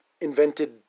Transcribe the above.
invented